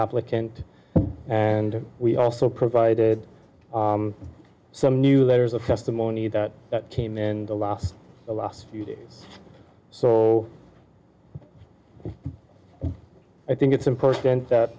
applicant and we also provided some new letters of testimony that came in the last the last few days so i think it's important that